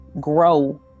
grow